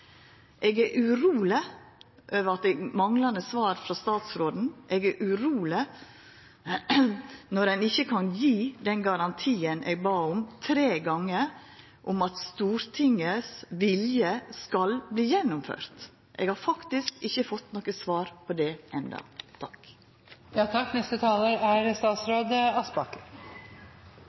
Eg er uroleg over manglande svar frå statsråden. Eg er uroleg når ein ikkje kan gje den garantien eg bad om tre gonger, om at Stortingets vilje skal verta gjennomført. Eg har enno ikkje fått noko svar på det.